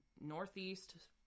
Northeast